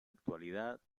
actualidad